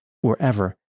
wherever